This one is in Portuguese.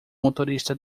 motorista